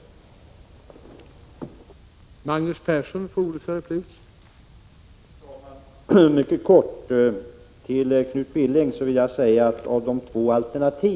En lag om hushållning